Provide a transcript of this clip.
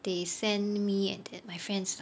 they send me and th~ my friends lah